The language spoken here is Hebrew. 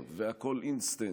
עידן שבו הכול מהר והכול אינסטנט,